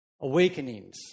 awakenings